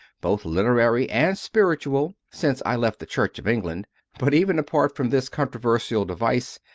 both literary and spiritual, since i left the church of england but, even apart from this controversial device,